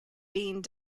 being